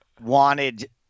wanted